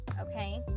Okay